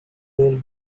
girl